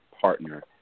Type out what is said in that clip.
partner